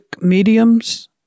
mediums